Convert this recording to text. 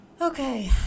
Okay